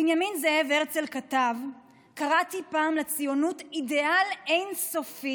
בנימין זאב הרצל כתב: "קראתי פעם לציונות אידיאל אין-סופי,